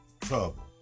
trouble